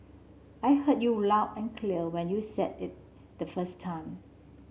I heard you loud and clear when you said it the first time